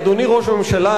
אדוני ראש הממשלה,